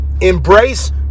Embrace